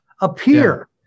appear